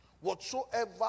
Whatsoever